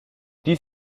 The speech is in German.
dies